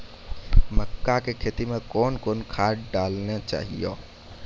मक्का के खेती मे कौन कौन खाद डालने चाहिए?